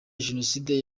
jenoside